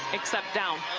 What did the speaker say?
except down.